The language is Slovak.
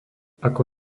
ako